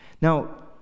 Now